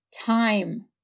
time